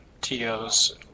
TOs